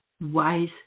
wise